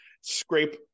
scrape